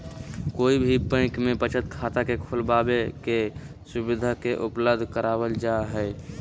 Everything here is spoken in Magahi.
कोई भी बैंक में बचत खाता के खुलबाबे के सुविधा के उपलब्ध करावल जा हई